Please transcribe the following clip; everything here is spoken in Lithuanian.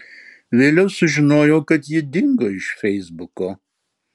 vėliau sužinojau kad ji dingo iš feisbuko